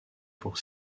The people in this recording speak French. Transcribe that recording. pour